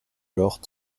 alors